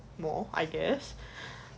more I guess